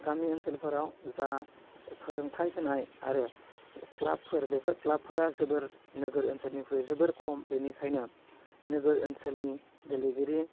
गामि ओनसोलफोराव जा फोरोंथाइ होनाय आरो क्लाबफोर बेफोर क्लाबफोरा जोबोर नोगोर ओनसोलनिख्रुइ जोबोर खम बिनिखायनो नोगोर ओनसोलनि गेलेगिरि